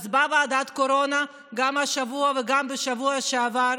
באה ועדת הקורונה, גם השבוע וגם בשבוע שעבר,